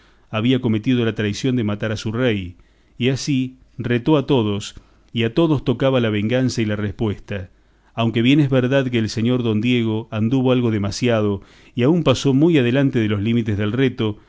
había cometido la traición de matar a su rey y así retó a todos y a todos tocaba la venganza y la respuesta aunque bien es verdad que el señor don diego anduvo algo demasiado y aun pasó muy adelante de los límites del reto